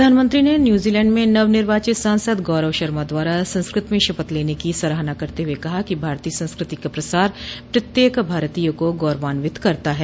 प्रधानमंत्री ने न्यूजीलैंड में नवनिर्वाचित सांसद गौरव शर्मा द्वारा संस्कृत में शपथ लेने की सराहना करते हुए कहा कि भारतीय संस्कृति का प्रसार प्रत्येक भारतीय को गौरवान्वित करता है